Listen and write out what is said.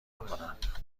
میکنند